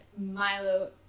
Milo